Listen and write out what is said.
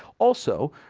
also,